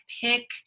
pick